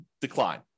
decline